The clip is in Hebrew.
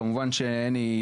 כמובן שאין היא,